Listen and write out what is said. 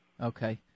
Okay